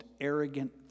arrogant